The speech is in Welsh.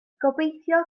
gobeithio